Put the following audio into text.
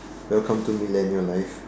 welcome to millennial life